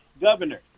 Governor